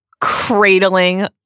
cradling